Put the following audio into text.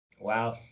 Wow